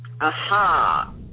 Aha